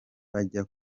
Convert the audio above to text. bajya